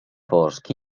fosc